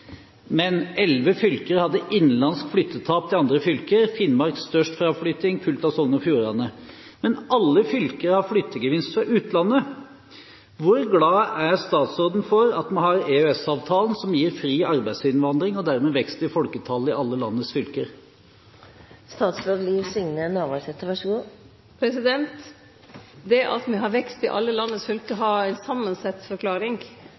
Men elleve fylker hadde innenlands flyttetap til andre fylker. Finnmark hadde størst fraflytting, fulgt av Sogn og Fjordane. Men alle fylker har flyttegevinst fra utlandet. Hvor glad er statsråden for at vi har EØS-avtalen som gir fri arbeidsinnvandring og dermed vekst i folketallet i alle landets fylker? Det at me har vekst i alle landets fylke, har ei samansett forklaring,